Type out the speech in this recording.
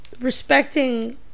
respecting